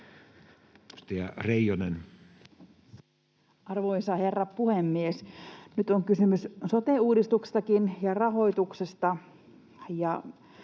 Arvoisa herra puhemies! Nyt on kysymys sote-uudistuksesta ja rahoituksesta